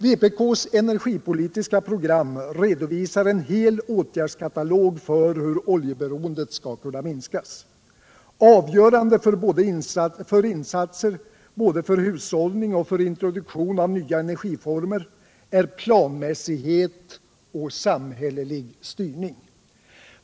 Vpk:s energipolitiska program redovisar en hel åtgärdskatalog för hur oljeberoendet skall kunna minskas. Avgörande för insatser både för hushållning och för introduktion av nya energiformer är planmässighet och samhällelig styrning.